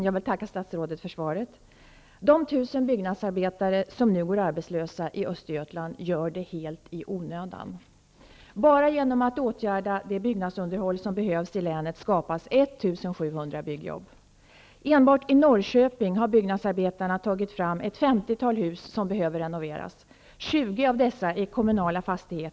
Herr talman! Jag vill tacka statsrådet för svaret. Östergötland gör det helt i onödan. Bara genom att åtgärda det behov av byggnadsunderhåll som finns i länet skapas 1 700 byggjobb. Enbart i Norrköping har byggnadsarbetarna tagit fram ett 50-tal hus som behöver renoveras. 20 av dessa är kommunala fastigheter.